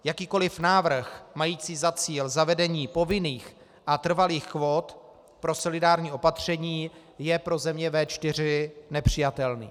Jakýkoliv návrh mající za cíl zavedení povinných a trvalých kvót pro solidární opatření je pro země V4 nepřijatelný.